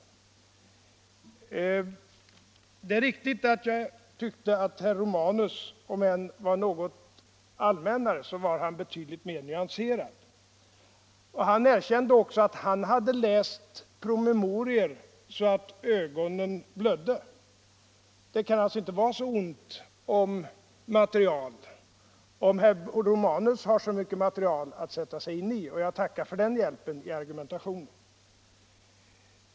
va Det är riktigt att jag tyckte att herr Romanus — låt vara att han uttryckte sig något allmännare — var betydligt mer nyanserad i sitt inlägg. Herr Romanus erkände också att han hade läst promemorior ”så att ögonen blödde”. Det kan alltså inte vara så ont om material, om herr Romanus har så mycket material att sätta sig in i. Jag tackar för den hjälpen i argumentationen.